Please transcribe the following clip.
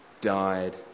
died